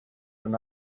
than